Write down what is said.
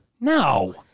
No